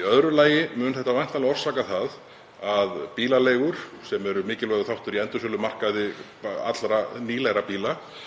Í öðru lagi mun þetta væntanlega orsaka það að bílaleigur, sem eru mikilvægur þáttur í endursölumarkaði allra nýlegra bíla,